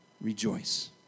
rejoice